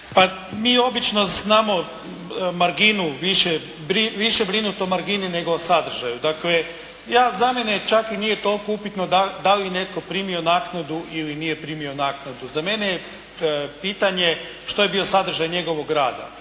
mi obično znamo marginu, više brinuti o margini nego o sadržaju. Dakle za mene čak i nije toliko upitno da li je netko primio naknadu ili nije primio naknadu. Za mene je pitanje što je bio sadržaj njegovog rada